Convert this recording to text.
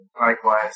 Likewise